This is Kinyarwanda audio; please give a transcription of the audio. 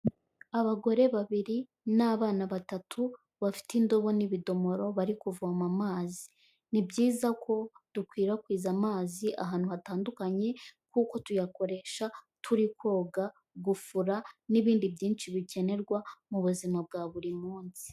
Abagore babiri n'abana batatu, bafite indobo n'ibidomoro bari kuvoma amazi. Ni byiza ko dukwirakwiza amazi ahantu hatandukanye kuko tuyakoresha turi koga, gufura n'ibindi byinshi bikenerwa mu buzima bwa buri munsi.